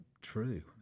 true